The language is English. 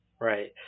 Right